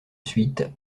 suite